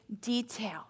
detail